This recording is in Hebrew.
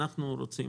ואנחנו רוצים.